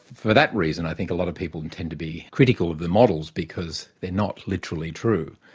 for that reason i think a lot of people and tend to be critical of the models, because they're not literally true.